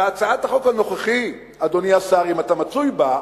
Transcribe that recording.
בהצעת החוק הנוכחית, אדוני השר, אם אתה מצוי בה,